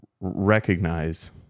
recognize